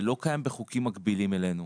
זה לא קיים בחוקים מקבילים אלינו.